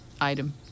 item